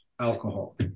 alcohol